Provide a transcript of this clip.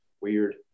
weird